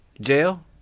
Jail